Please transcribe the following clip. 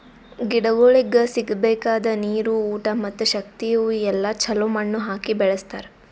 ಗಿಡಗೊಳಿಗ್ ಸಿಗಬೇಕಾದ ನೀರು, ಊಟ ಮತ್ತ ಶಕ್ತಿ ಇವು ಎಲ್ಲಾ ಛಲೋ ಮಣ್ಣು ಹಾಕಿ ಬೆಳಸ್ತಾರ್